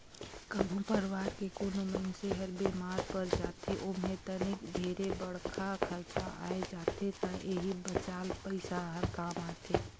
कभो परवार के कोनो मइनसे हर बेमार पर जाथे ओम्हे तनिक ढेरे बड़खा खरचा आये जाथे त एही बचाल पइसा हर काम आथे